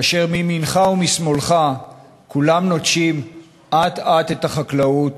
כאשר מימינך ומשמאלך כולם נוטשים אט-אט את החקלאות